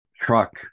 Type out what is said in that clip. truck